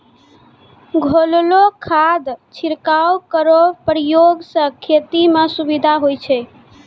घोललो खाद छिड़काव केरो प्रयोग सें खेती म सुविधा होय छै